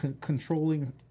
controlling